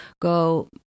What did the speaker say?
go